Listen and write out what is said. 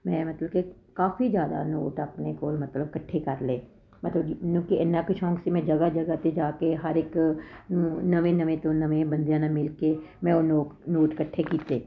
ਮੈਂ ਮਤਲਬ ਕਿ ਕਾਫ਼ੀ ਜ਼ਿਆਦਾ ਨੋਟ ਆਪਣੇ ਕੋਲ ਮਤਲਬ ਇਕੱਠੇ ਕਰ ਲਏ ਮਤਲਬ ਕਿ ਇੰਨਾ ਕੁ ਸ਼ੌਂਕ ਸੀ ਜਗ੍ਹਾ ਜਗ੍ਹਾ 'ਤੇ ਜਾ ਕੇ ਹਰ ਇੱਕ ਨਵੇਂ ਨਵੇਂ ਤੋਂ ਨਵੇਂ ਬੰਦਿਆਂ ਨਾ ਮਿਲ ਕੇ ਮੈਂ ਉਹ ਨੋ ਨੋਟ ਇਕੱਠੇ ਕੀਤੇ